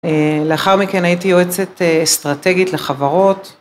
לאחר מכן הייתי יועצת אסטרטגית לחברות, ויועצת תקשורת.